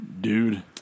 Dude